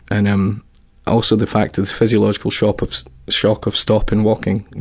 and um also the fact of the physiological shock of shock of stopping walking.